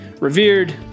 revered